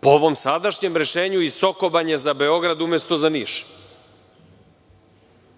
po ovom sadašnjem rešenju iz Sokobanje za Beograd, umesto za Niš. Neke